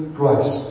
grace